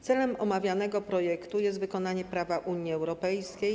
Celem omawianego projektu jest wykonanie prawa Unii Europejskiej.